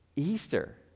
Easter